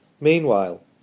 Meanwhile